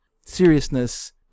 seriousness